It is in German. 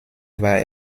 war